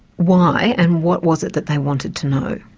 why, and what was it that they wanted to know?